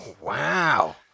Wow